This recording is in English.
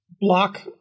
block